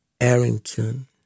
Arrington